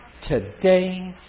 today